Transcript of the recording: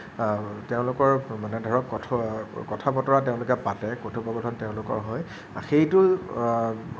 তেওঁলোকৰ মানে ধৰক কথা বতৰা তেওঁলোকে পাতে কথোপকথন তেওঁলোকৰ হয় সেইটো